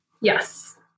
Yes